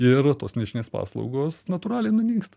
ir tos nišinės paslaugos natūraliai nunyksta